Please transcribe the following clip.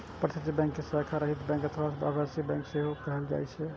प्रत्यक्ष बैंक कें शाखा रहित बैंक अथवा आभासी बैंक सेहो कहल जाइ छै